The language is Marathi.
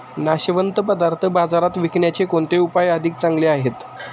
नाशवंत पदार्थ बाजारात विकण्याचे कोणते उपाय अधिक चांगले आहेत?